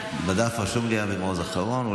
בדף רשום לי שאבי מעוז אחרון.